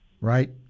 right